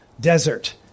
desert